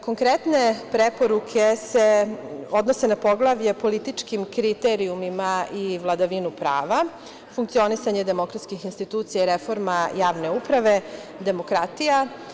Konkretne preporuke se odnose na Poglavlje političkim kriterijumima i vladavinu prava, funkcionisanje demokratskih institucija i reforma javne uprave, demokratija.